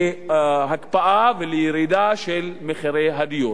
להקפאה ולירידה של מחירי הדיור.